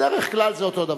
בדרך כלל זה אותו דבר.